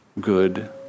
Good